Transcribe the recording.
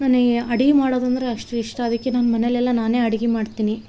ನನಗೆ ಅಡುಗೆ ಮಾಡೋದಂದರೆ ಅಷ್ಟು ಇಷ್ಟ ಅದಕ್ಕೆ ನಾನು ಮನೇಯಲ್ ಎಲ್ಲ ನಾನೇ ಅಡಿಗೆ ಮಾಡ್ತಿನಿ